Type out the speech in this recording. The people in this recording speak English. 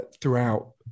throughout